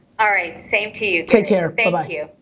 alright. same to you. take care. thank ah you.